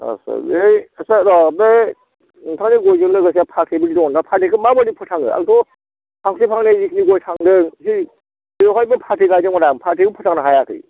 आदसा बेहाय आदसा र' बै नोंथांनि गयजों लोगोसे फाथैबो दङ दा फाथैखौ माबोरै फोथाङो आंथ' फांसे फांनै जेखिनि गय थांदों एसे बेवहायबो फाथै गायदोंमोन आं फाथैखौ फोथांनो हायाखै